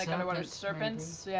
underwater serpents? yeah